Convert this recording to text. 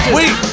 Wait